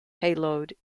payload